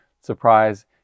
surprise